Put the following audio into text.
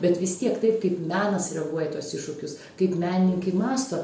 bet vis tiek taip kaip menas reaguoja į tuos iššūkius kaip menininkai mąsto